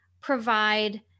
provide